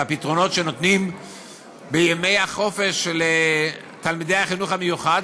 מהפתרונות שנותנים בימי החופש של תלמידי החינוך המיוחד.